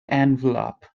envelope